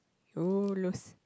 you lose